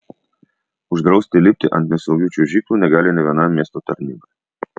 uždrausti lipti ant nesaugių čiuožyklų negali nė viena miesto tarnyba